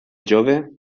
jove